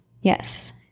Yes